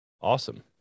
Awesome